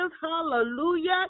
hallelujah